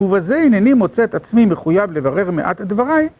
ובזה הינני מוצא את עצמי מחויב לברר מעט את דבריי.